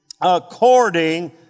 according